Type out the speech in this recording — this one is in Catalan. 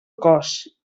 cos